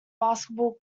basketball